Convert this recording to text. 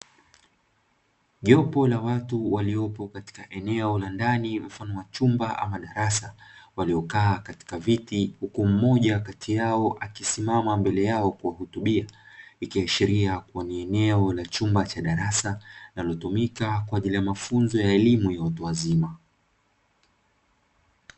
Jopo la watu waliopo katika eneo la ndani mfano wa chumba ama darasa waliokaa katika viti huku mmoja kati yao akisimama mbele yao kuwahutubia, ikiashiria kuwa ni eneo la chumba cha darasa linalotumika kwa ajili ya mafunzo ya elimu ya watu wazima.